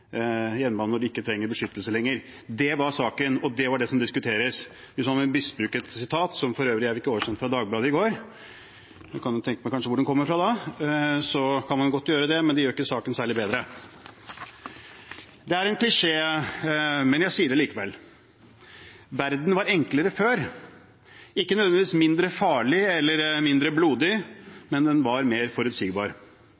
hjemlandet når de ikke trengte beskyttelse lenger. Det var saken, og det var det som ble diskutert. Hvis man vil misbruke et sitat, som for øvrig er blitt oversendt fra Dagbladet i går – man kan kanskje tenke seg hvor det kommer fra da – kan man godt gjøre det, men det gjør ikke saken særlig bedre. Det er en klisjé, men jeg sier det likevel: Verden var enklere før – ikke nødvendigvis mindre farlig eller mindre